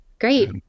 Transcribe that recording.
great